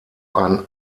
ein